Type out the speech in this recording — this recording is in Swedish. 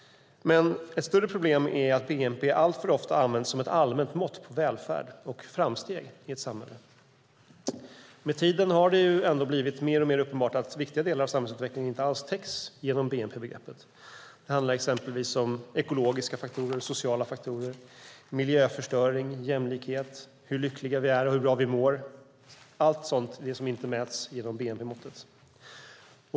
Men ett större problem är att bnp alltför ofta används som ett allmänt mått på välfärd och framsteg i ett samhälle. Med tiden har det ändå blivit alltmer uppenbart att viktiga delar av samhällsutvecklingen inte alls täcks inom bnp-begreppet. Det handlar exempelvis om ekologiska och sociala faktorer, miljöförstöring, jämlikhet och hur lyckliga vi är och hur bra vi mår. Allt detta är sådant som inte mäts med bnp-måttet.